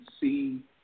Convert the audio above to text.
see